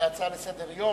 ההצעה לסדר-היום,